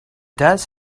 does